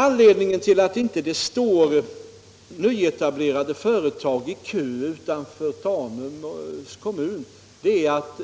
Anledningen till att det inte står nyetablerade företag i kö hos Tanums kommun är att